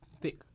thick